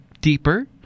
deeper